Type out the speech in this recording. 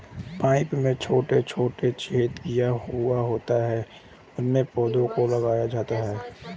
pipe में छोटे छोटे छेद किए हुए होते हैं उनमें पौधों को लगाया जाता है